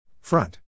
Front